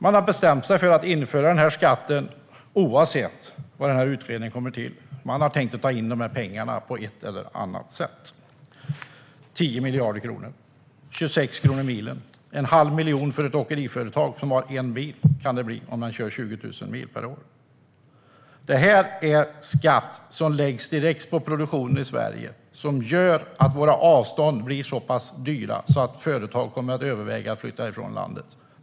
Man har bestämt sig för att införa skatten oavsett vad utredningen kommer fram till. Man har tänkt ta in dessa pengar - 10 miljarder kronor - på ett eller annat sätt. Med 26 kronor milen kan det bli en halv miljon för ett åkeriföretag som har en bil, om de kör 20 000 mil per år. Denna skatt läggs direkt på produktionen i Sverige och gör att våra avstånd blir så pass dyra att företag kommer att överväga att flytta från landet.